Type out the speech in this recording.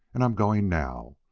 and i'm going now.